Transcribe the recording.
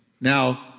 Now